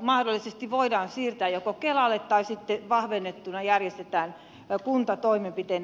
mahdollisesti voidaan siirtää joko kelalle tai vahvennettuna järjestetään kuntatoimenpiteenä